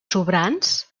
sobrants